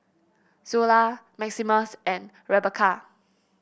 Zula Maximus and Rebekah